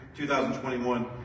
2021